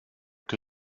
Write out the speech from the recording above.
que